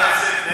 הכנסת,